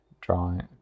drawing